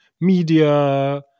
media